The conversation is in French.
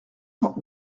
cent